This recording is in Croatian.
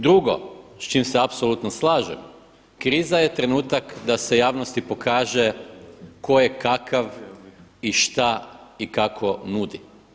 Drugo, s čim se apsolutno slažem, kriza je trenutak da se javnosti pokaže ko je kakav i šta i kako nudi.